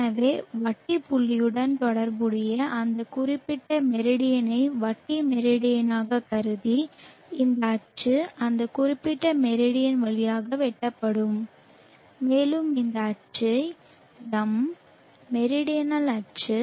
எனவே வட்டி புள்ளியுடன் தொடர்புடைய அந்த குறிப்பிட்ட மெரிடியனை வட்டி மெரிடியனாகக் கருதி இந்த அச்சு அந்த குறிப்பிட்ட மெரிடியன் வழியாக வெட்டப்படட்டும் மேலும் இந்த அச்சை M மெரிடனல் அச்சு